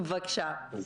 בבקשה.